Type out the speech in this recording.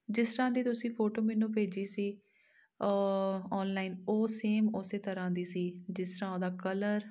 ਜਿਸ ਤਰ੍ਹਾਂ ਦੀ ਤੁਸੀਂ ਫੋਟੋ ਮੈਨੂੰ ਭੇਜੀ ਸੀ ਔਨਲਾਈਨ ਉਹ ਸੇਮ ਉਸੇ ਤਰ੍ਹਾਂ ਦੀ ਸੀ ਜਿਸ ਤਰ੍ਹਾਂ ਉਹਦਾ ਕਲਰ